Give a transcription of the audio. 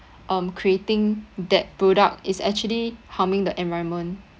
um creating that product is actually harming the environment